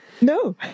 No